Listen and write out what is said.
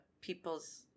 people's